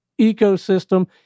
ecosystem